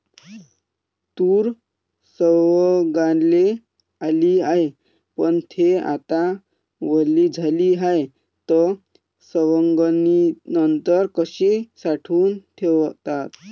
तूर सवंगाले आली हाये, पन थे आता वली झाली हाये, त सवंगनीनंतर कशी साठवून ठेवाव?